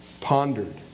pondered